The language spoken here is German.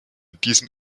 diesen